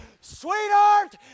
Sweetheart